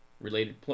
related